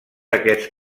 aquest